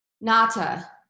Nata